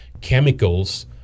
chemicals